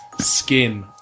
skin